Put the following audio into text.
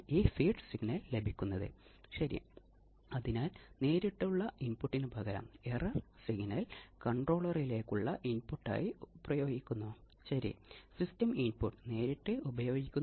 RC ഓസിലേറ്ററുകൾ കുറഞ്ഞ ആവൃത്തിയിലും എൽസി ഓസിലേറ്ററുകൾ ഉയർന്ന ആവൃത്തിയിലും ഉപയോഗിക്കുന്നു